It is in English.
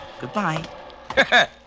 Goodbye